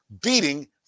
beating